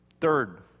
third